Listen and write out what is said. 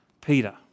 Peter